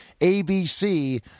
ABC